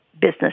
business